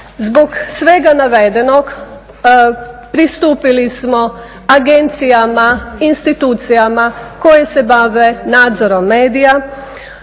Zbog svega navedenog pristupili smo agencijama, institucijama koje se bave nadzorom medija.